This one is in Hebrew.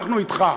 אנחנו אתך.